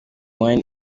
wayne